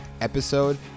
Episode